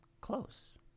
Close